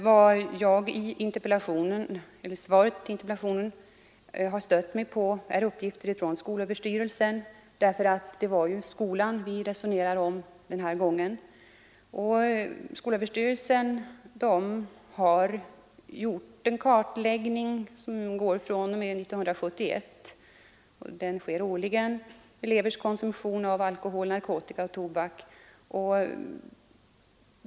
Vad jag i interpellationssvaret har stött mig på är uppgifter från skolöverstyrelsen, därför att det är ju skolan vi resonerar om den här gången. Skolöverstyrelsen har gjort en årlig kartläggning fr.o.m. 1971, som avser elevers konsumtion av alkohol, narkotika och tobak.